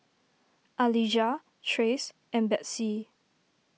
Alijah Trace and Betsey